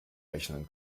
rechnen